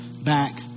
back